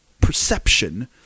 Perception